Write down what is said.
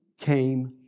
came